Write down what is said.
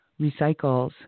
recycles